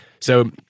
So-